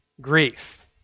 grief